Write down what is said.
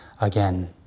again